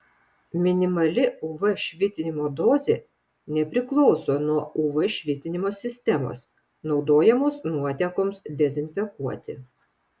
minimali uv švitinimo dozė nepriklauso nuo uv švitinimo sistemos naudojamos nuotekoms dezinfekuoti